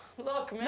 look, man.